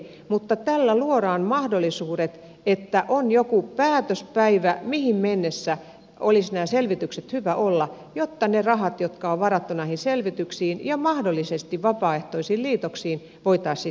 mutta tällä luodaan mahdollisuudet että on joku päätöspäivä mihin mennessä olisi nämä selvitykset hyvä olla jotta ne rahat jotka on varattu näihin selvityksiin ja mahdollisesti vapaaehtoisiin liitoksiin voitaisiin sitten hyödyntää